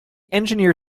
engineer